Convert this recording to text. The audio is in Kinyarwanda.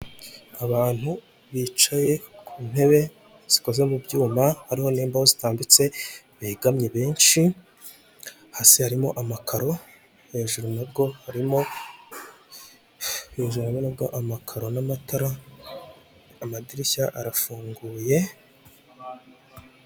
Abantu bicaye ku ntebe zikoze mu byuma harimo na bostambitse yegamye benshi hasi harimo amakaro hejuru nabwo harimo ibizababwa amakara n'amatara amadirishya arafunguye.